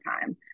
time